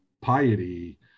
piety